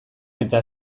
eta